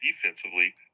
defensively